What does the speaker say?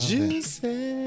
Juicy